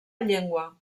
llengua